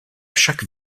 chaque